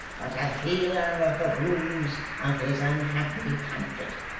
but a healer of the wounds of his unhappy country.